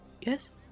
yes